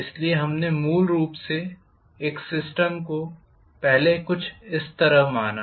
इसलिए हमने मूल रूप से एक सिस्टम को पहले कुछ इस तरह माना